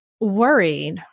worried